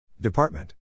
Department